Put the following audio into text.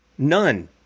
None